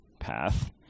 path